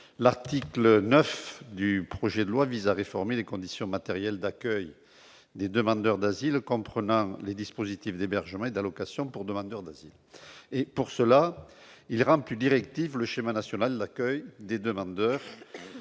L'article 9 du projet de loi réforme les conditions matérielles d'accueil des demandeurs d'asile, comprenant les dispositifs d'hébergement et l'allocation pour demandeur d'asile. Pour cela, il rend plus directif le schéma national d'accueil des demandeurs, qui